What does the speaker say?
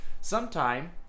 Sometime